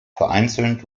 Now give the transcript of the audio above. vereinzelt